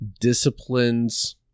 disciplines